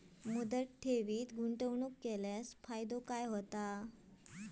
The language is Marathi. मुदत ठेवीत गुंतवणूक केल्यास फायदो काय आसा?